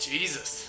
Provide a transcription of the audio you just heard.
Jesus